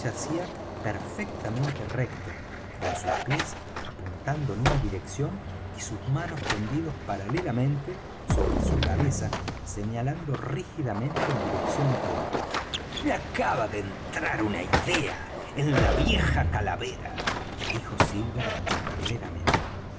yacía perfectamente recto con sus pies apuntando en una dirección y sus manos tendidos paralelamente sobre su cabeza señalando rígidamente en dirección opuesta me acaba de entrar una idea en la vieja calavera dijo silver